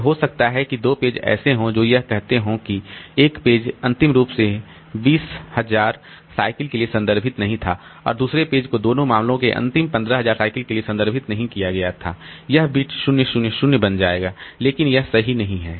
तो हो सकता है कि दो पेज ऐसे हों जो यह कहते हों कि एक पेज अंतिम रूप से 20 000 साइकिल के लिए संदर्भित नहीं था और दूसरे पेज को दोनों मामलों के अंतिम 15 000 साइकिल के लिए संदर्भित नहीं किया गया था यह बिट्स 0 0 0 बन जाएगा लेकिन यह सही नहीं है